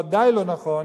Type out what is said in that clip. ודאי לא נכון